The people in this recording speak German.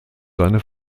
seine